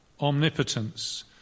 omnipotence